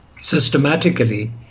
systematically